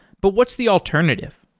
but what's the alternative?